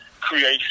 creation